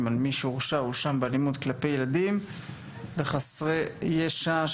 על מי שהורשע או הואשם באלימות כלפי ילדים וחסרי ישע,